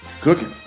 cooking